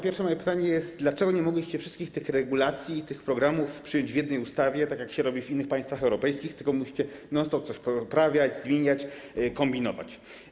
Pierwsze moje pytanie jest takie: Dlaczego nie mogliście wszystkich tych regulacji i programów przyjąć w jednej ustawie, tak jak się robi w innych państwach europejskich, tylko musicie non stop coś poprawiać, zmieniać, kombinować?